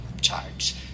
charge